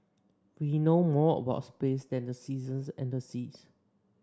we know more about space than the seasons and the seas